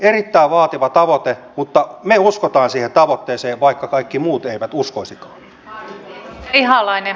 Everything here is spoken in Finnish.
erittäin vaativa tavoite mutta me uskomme siihen tavoitteeseen vaikka kaikki muut eivät uskoisikaan